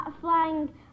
flying